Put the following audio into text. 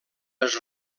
les